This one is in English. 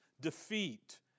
defeat